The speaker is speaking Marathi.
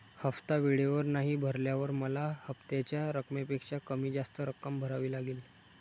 हफ्ता वेळेवर नाही भरल्यावर मला हप्त्याच्या रकमेपेक्षा किती जास्त रक्कम भरावी लागेल?